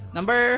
Number